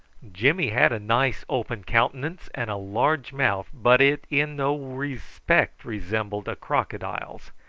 jimmy had a nice open countenance and a large mouth but it in no respect resembled a crocodile's.